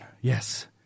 yes